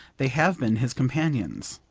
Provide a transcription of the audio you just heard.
they have been his companions.